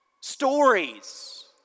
stories